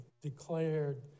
declared